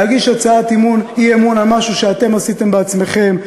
להגיש הצעת אי-אמון על משהו שאתם עשיתם בעצמכם,